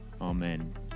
Amen